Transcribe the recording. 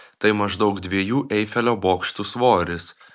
tai maždaug dviejų eifelio bokštų svoris